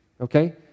okay